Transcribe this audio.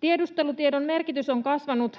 Tiedustelutiedon merkitys on kasvanut